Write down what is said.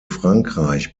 frankreich